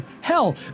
Hell